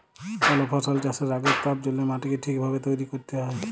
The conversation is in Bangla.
কল ফসল চাষের আগেক তার জল্যে মাটিকে ঠিক ভাবে তৈরী ক্যরতে হ্যয়